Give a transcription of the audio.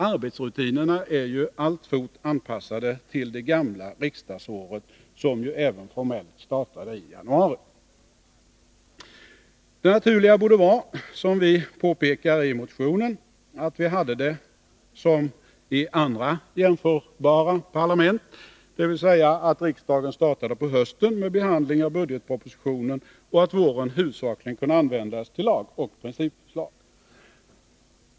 Arbetsrutinerna är alltfort anpassade till det gamla riksdagsåret, som ju även formellt startade i januari. Det naturliga borde vara — som vi påpekar i motionen — att vi tillämpade samma ordning som i andra jämförbara parlament, dvs. att riksdagen startade på hösten med behandling av budgetpropositionen och att våren huvudsakligen kunde användas till lagoch principförslag.